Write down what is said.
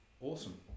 Awesome